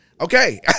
okay